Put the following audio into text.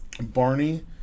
Barney